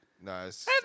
nice